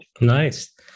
Nice